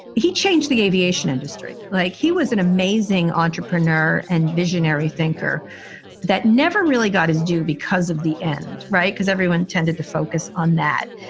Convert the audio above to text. he changed the aviation industry like he was an amazing entrepreneur and visionary thinker that never really got his due because of the end. right. because everyone tended to focus on that.